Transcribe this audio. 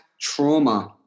trauma